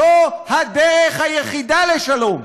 זו הדרך היחידה לשלום.